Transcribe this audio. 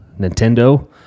Nintendo